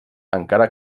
encara